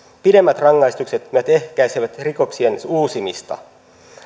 pidemmät rangaistukset myös ehkäisevät rikoksien uusimista